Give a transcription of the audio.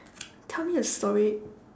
tell me a story